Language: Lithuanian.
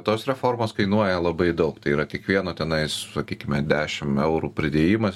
tos reformos kainuoja labai daug tai yra tik vieno tenais sakykime dešim eurų pridėjimas